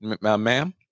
ma'am